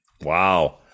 Wow